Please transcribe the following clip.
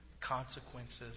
consequences